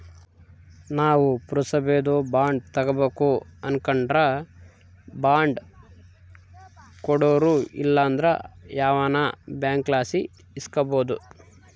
ನಾವು ಪುರಸಬೇದು ಬಾಂಡ್ ತಾಂಬಕು ಅನಕಂಡ್ರ ಬಾಂಡ್ ಕೊಡೋರು ಇಲ್ಲಂದ್ರ ಯಾವ್ದನ ಬ್ಯಾಂಕ್ಲಾಸಿ ಇಸ್ಕಬೋದು